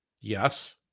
Yes